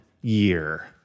year